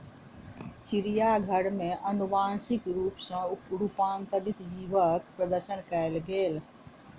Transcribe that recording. चिड़ियाघर में अनुवांशिक रूप सॅ रूपांतरित जीवक प्रदर्शन कयल गेल